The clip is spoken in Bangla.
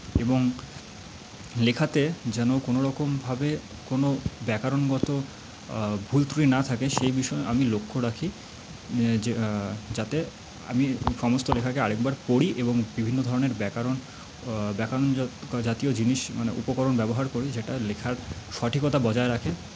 এবং লেখাতে যেন কোনো রকমভাবে কোনো ব্যাকরণগত ভুলত্রুটি না থাকে সেই বিষয়েও আমি লক্ষ্য রাখি যাতে আমি সমস্ত লেখাকে আর একবার পড়ি এবং বিভিন্ন ধরণের ব্যাকরণ ব্যাকরণ জাতীয় জিনিস মানে উপকরণ ব্যবহার করি যেটা লেখার সঠিকতা বজায় রাখে